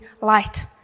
light